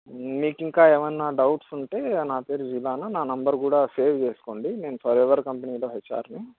మీకు ఇంకా ఏమైనా డౌట్స్ ఉంటే నా పేరు జిలానా నా నెంబర్ కూడా సేవ్ చేసుకోండి నేను ఫరెవర్ కంపెనీలో హెచ్ఆర్ని